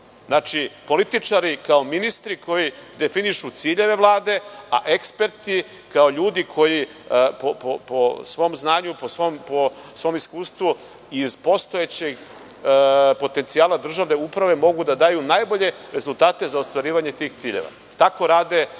uprave. Znači, političari kao ministri koji definišu ciljeve Vlade, a eksperti kao ljudi koji po svom znanju, po svom iskustvu iz postojećeg potencijala državne uprave mogu da daju najbolje rezultate za ostvarivanje tih ciljeva. Tako rade ozbiljne